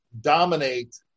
dominate